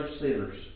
sinners